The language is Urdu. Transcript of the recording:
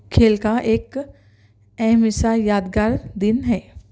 کھیل کا ایک اہم حصہ یادگار دن ہے